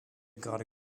gerade